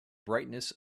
brightness